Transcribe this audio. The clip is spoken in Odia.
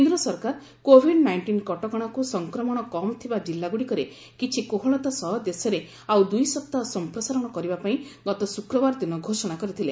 କେନ୍ଦ୍ର ସରକାର କୋଭିଡ୍ ନାଇଷ୍ଟିନ୍ କଟକଣାକ୍ର ସଂକ୍ରମଣ କମ୍ ଥିବା କିଲ୍ଲାଗୁଡ଼ିକରେ କିଛି କୋହଳତା ସହ ଦେଶରେ ଆଉ ଦୂଇ ସପ୍ତାହ ସଂପ୍ରସାରଣ କରିବା ପାଇଁ ଗତ ଶ୍ରକ୍ରବାର ଦିନ ଘୋଷଣା କରିଥିଲେ